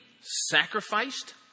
sacrificed